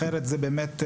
כי אחרת זה יגביל.